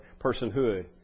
personhood